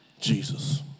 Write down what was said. Jesus